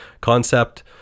concept